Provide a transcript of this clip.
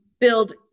build